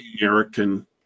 American